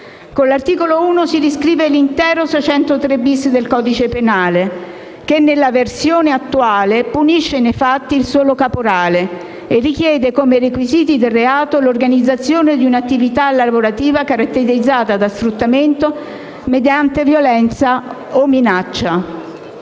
Con l'articolo 1 si riscrive l'intero articolo 603-*bis* del codice penale, che, nella versione attuale, punisce nei fatti il solo caporale e richiede come requisiti del reato l'organizzazione di una attività lavorativa caratterizzata da sfruttamento mediante violenza o minaccia.